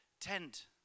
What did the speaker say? tent